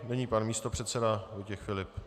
Nyní pan místopředseda Vojtěch Filip.